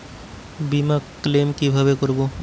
বিমা ক্লেম কিভাবে করব?